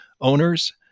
owners